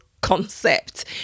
concept